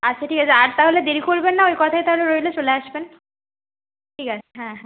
আচ্ছা ঠিক আছে আর তাহলে দেরি করবেন না ওই কথাই তাহলে রইলো চলে আসবেন ঠিক আছে হ্যাঁ হ্যাঁ